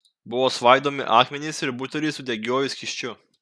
buvo svaidomi akmenys ir buteliai su degiuoju skysčiu